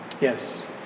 Yes